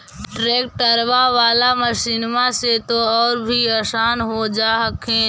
ट्रैक्टरबा बाला मसिन्मा से तो औ भी आसन हो जा हखिन?